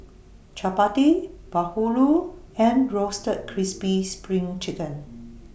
Chappati Bahulu and Roasted Crispy SPRING Chicken